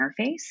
interface